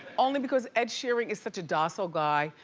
only because ed sheeran is such a docile guy.